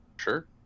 sure